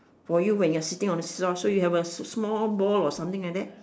for you when you are sitting on the see-saw so you have a small ball or something like that